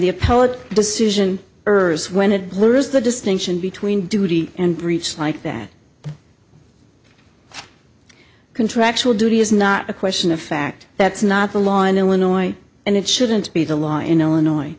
appellate decision ers when it where is the distinction between duty and breach like that contractual duty is not a question of fact that's not the law in illinois and it shouldn't be the law in illinois